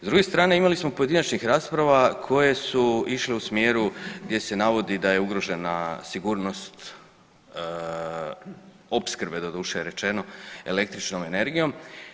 S druge strane imali smo pojedinačnih rasprava koje su išle u smjeru gdje se navodi da je ugrožena sigurnost opskrbe doduše rečeno električnom energijom.